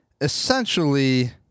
Essentially